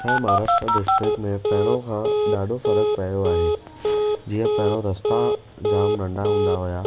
असांजे महाराष्ट्र डिस्ट्रिक्ट में पहिरियों खां ॾाढो फ़र्कु पियो आहे जीअं पहिरियों रास्ता जाम नंढा हूंदा हुआ